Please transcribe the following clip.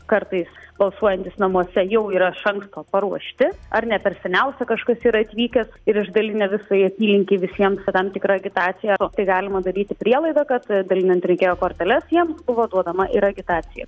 kartais balsuojantys namuose jau yra iš anksto paruošti ar ne per seniausiai kažkas yra atvykęs ir išdalinę visai apylinkei visiems su tam tikra agitacija o tai galima daryti prielaidą kad dalinant rinkėjo korteles jiems buvo duodama ir agitacija